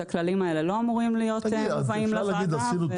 שהכללים האלה לא אמורים להיות מובאים לוועדה.